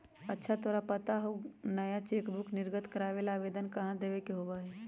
अच्छा तोरा पता हाउ नया चेकबुक निर्गत करावे ला आवेदन कहाँ देवे के होबा हई?